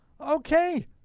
okay